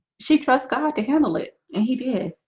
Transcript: she trusts god to handle it and he did